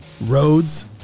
Roads